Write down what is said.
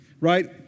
right